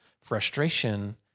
frustration